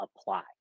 apply